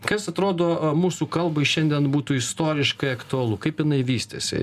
kas atrodo mūsų kalbai šiandien būtų istoriškai aktualu kaip jinai vystėsi